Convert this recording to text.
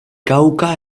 cauca